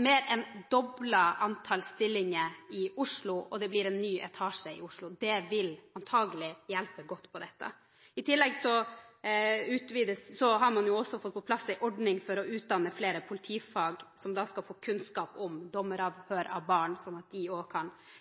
mer enn doblet antall stillinger i Oslo, og det blir en ny etasje i Oslo. Det vil antakelig hjelpe godt på dette. I tillegg har man også fått på plass en ordning for å utdanne flere politifolk som skal få kunnskap om dommeravhør av barn, slik at de kan